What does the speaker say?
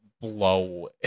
blow